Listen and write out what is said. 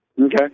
Okay